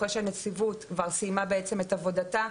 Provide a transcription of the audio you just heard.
אחרי שהנציבות כבר סיימה את עבודתה.